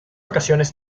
ocasiones